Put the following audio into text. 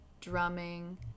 drumming